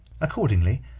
Accordingly